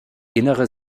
innere